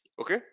Okay